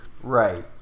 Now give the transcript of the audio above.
right